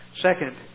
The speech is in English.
Second